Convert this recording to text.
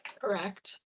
Correct